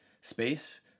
space